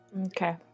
Okay